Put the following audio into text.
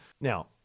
Now